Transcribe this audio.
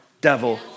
devil